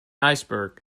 iceberg